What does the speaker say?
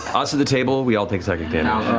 us at the table, we all take psychic damage.